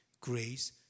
Grace